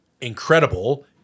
incredible